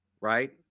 Right